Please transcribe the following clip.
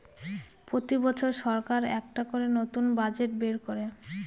প্রতি বছর সরকার একটা করে নতুন বাজেট বের করে